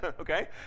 okay